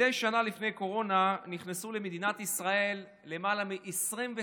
מדי שנה לפני הקורונה נכנסו למדינת ישראל למעלה מ-25,000